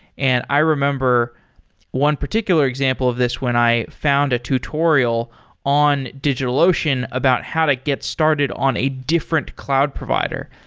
and i remember one particular example of this when i found a tutorial in digitalocean about how to get started on a different cloud provider.